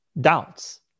Doubts